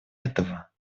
этого